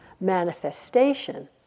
manifestation